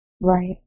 Right